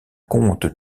compte